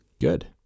good